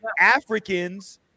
Africans